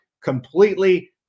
completely